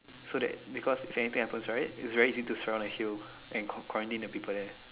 so that because if anything happens right it's very easy to surround a hill and qua~ quarantine the people there